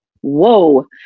whoa